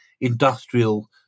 industrial